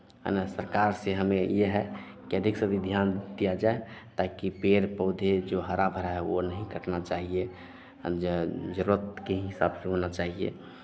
है न सरकार से हमें ये है कि अधिक से अधिक ध्यान दिया जाए ताकि पेड़ पौधे जो हरा भरा है वो नहीं कटना चाहिए है न ज ज़रूरत के हिसाब से होना चाहिए